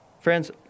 Friends